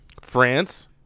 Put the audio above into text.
france